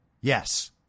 Yes